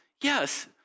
Yes